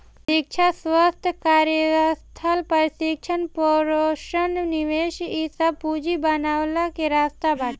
शिक्षा, स्वास्थ्य, कार्यस्थल प्रशिक्षण, प्रवसन निवेश इ सब पूंजी बनवला के रास्ता बाटे